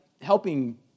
helping